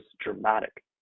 dramatic